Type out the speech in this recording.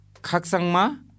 KAKSANGMA